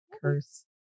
curse